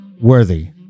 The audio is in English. worthy